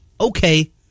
Okay